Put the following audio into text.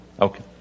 Okay